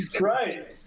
Right